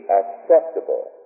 acceptable